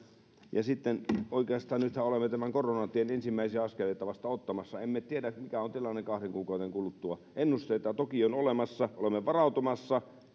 ja oikeastaan nythän olemme tämän koronatien ensimmäisiä askeleita vasta ottamassa emme tiedä mikä on tilanne kahden kuukauden kuluttua ennusteita toki on olemassa ja olemme varautumassa